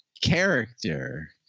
character